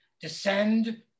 descend